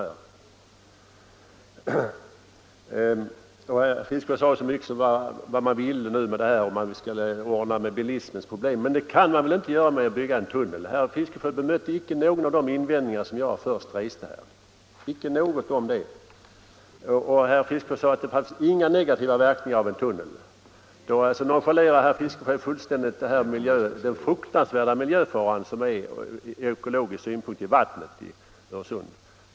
Herr Fiskesjö talade så mycket om hur han skulle ordna problemet med bilismen. Men det kan man väl inte göra genom att bygga en tunnel? Herr Fiskesjö bemötte icke någon av de invändningar jag reste här. Han sade att det inte fanns några negativa verkningar av en tunnel. Då nonchalerar herr Fiskesjö alltså fullständigt den från ekologisk synpunkt fruktansvärda miljöfaran för vattnet i Öresund.